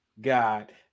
god